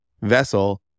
vessel